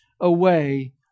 away